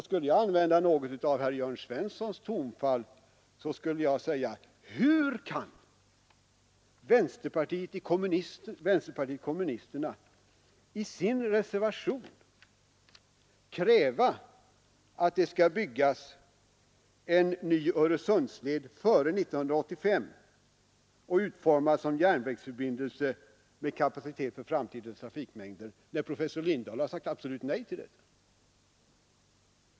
Skulle jag använda något av herr Svenssons tonfall skulle jag säga: Hur kan vänsterpartiet kommunisterna i sin reservation kräva att det skall byggas en ny Öresundsled före 1985, utformad såsom järnvägsförbindelse med kapacitet för framtidens trafikmängder, när professor Lindahl sagt absolut nej härtill?